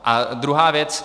A druhá věc.